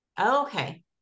Okay